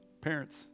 parents